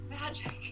magic